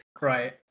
right